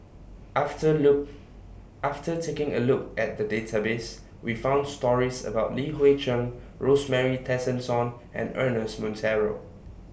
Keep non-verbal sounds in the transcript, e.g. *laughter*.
after *unintelligible* after taking A Look At The Database We found stories about Li Hui Cheng Rosemary Tessensohn and Ernest Monteiro